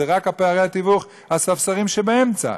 זה רק פערי התיווך והספסרים שבאמצע,